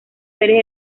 series